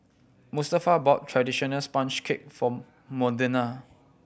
Mustafa bought traditional sponge cake for Modena